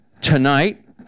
tonight